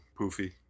poofy